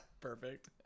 Perfect